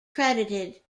credited